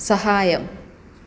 സഹായം